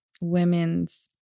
Women's